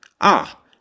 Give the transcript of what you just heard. Ah